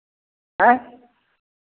हैं